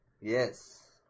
Yes